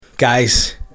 Guys